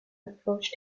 approach